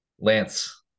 Lance